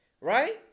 Right